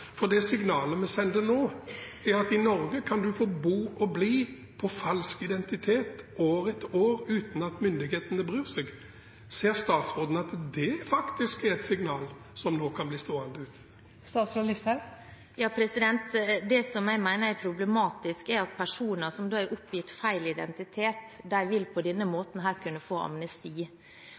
for det signalet vi sender nå, er at i Norge kan man få bo og bli på falsk identitet år etter år uten at myndighetene bryr seg. Ser statsråden at det faktisk er et signal som nå kan bli stående? Det jeg mener er problematisk, er at personer som har oppgitt feil identitet, på denne måten vil kunne få amnesti.